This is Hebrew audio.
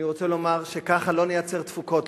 ואני רוצה לומר שככה לא נייצר תפוקות,